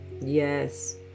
Yes